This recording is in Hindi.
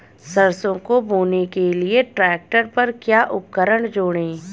सरसों को बोने के लिये ट्रैक्टर पर क्या उपकरण जोड़ें?